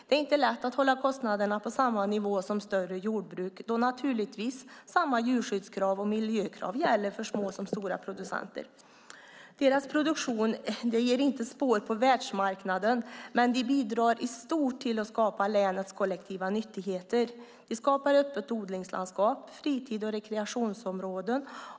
Det är inte lätt för dem att hålla kostnaderna på samma nivå som större jordbruk då samma djurskyddskrav och miljökrav naturligtvis gäller för små som stora producenter. Deras produktion ger inte spår på världsmarknaden, men de bidrar i stort till att skapa länets kollektiva nyttigheter. De skapar ett öppet odlingslandskap och fritids och rekreationsområden.